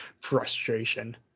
frustration